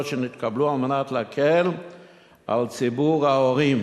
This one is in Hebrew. שנתקבלו על מנת להקל על ציבור ההורים